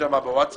שלחו לך את השמות.